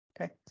Okay